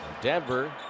Denver